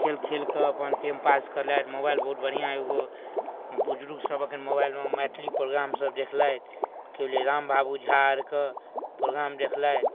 खेल खेलकऽ अपन टाइमपास करलथि मोबाइल बहुत बढ़िआँ एगो बुजर्गसभ एखन मोबाइलमे मैथिली प्रोग्रामसब देखलथि कि बुझलिए रामबाबू झा आओरके प्रोग्राम देखलथि